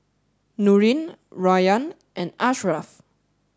Nurin Rayyan and Ashraff